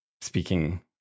speaking